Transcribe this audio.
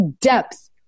depth